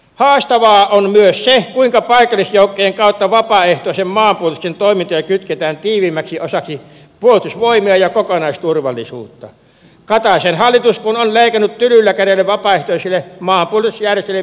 haastavaa on myös se kuinka paikallisjoukkojen kautta vapaaehtoisen maanpuolustuksen toimintoja kytketään tiiviimmäksi osaksi puolustusvoimia ja kokonaisturvallisuutta kataisen hallitus kun on leikannut tylyllä kädellä vapaaehtoisille maanpuolustusjärjestöille myönnettävää tukea